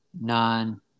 Nine